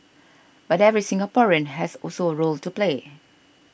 but every Singaporean has also a role to play